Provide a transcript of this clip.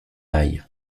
aille